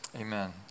amen